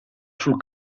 sul